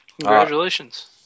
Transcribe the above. congratulations